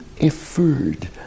effort